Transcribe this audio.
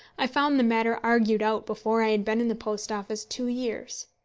i found the matter argued out before i had been in the post office two years.